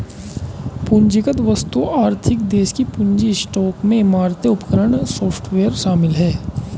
पूंजीगत वस्तुओं आर्थिक देश के पूंजी स्टॉक में इमारतें उपकरण सॉफ्टवेयर शामिल हैं